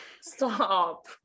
Stop